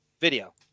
video